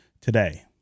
today